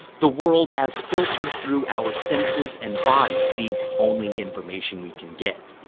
the world as filtered through our senses and bodies, the only information we can get.